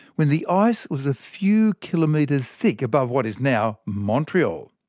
when the ice was a few kilometres thick above what is now montreal.